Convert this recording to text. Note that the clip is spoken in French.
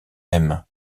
mêmes